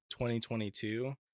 2022